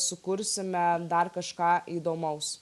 sukursime dar kažką įdomaus